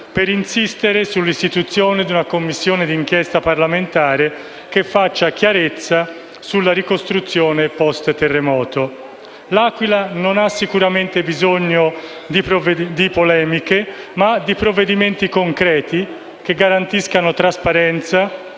per insistere sull'istituzione di una Commissione d'inchiesta parlamentare che faccia chiarezza sulla ricostruzione *post* terremoto. L'Aquila non ha sicuramente bisogno di polemiche, bensì di provvedimenti concreti, che garantiscano trasparenza